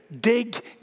dig